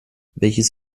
welches